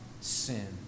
sin